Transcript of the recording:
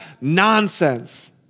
nonsense